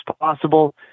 possible